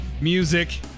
music